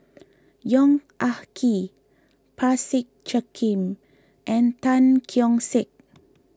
Yong Ah Kee Parsick Joaquim and Tan Keong Saik